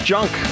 Junk